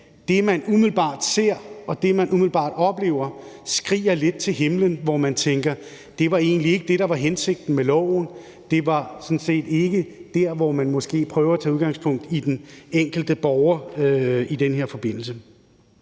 det, man umiddelbart oplever, skriger lidt til himlen, og hvor man tænker, at det egentlig ikke var det, der var hensigten med loven, og at det måske ikke var der, hvor man prøver at tage udgangspunkt i den enkelte borger. Men jeg synes